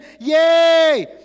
Yay